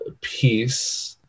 piece